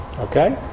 Okay